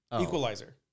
Equalizer